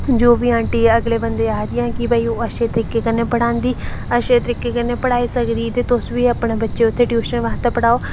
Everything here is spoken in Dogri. जो बी आटी ओह् अगले बंदे गी आखदियां हां ओह् अच्छे तरीके नै पढ़ांदी अच्छे तरीके कन्नै पढ़ाई सकदी ते तुस बी अपने बच्चे उत्थें पढ़ाओ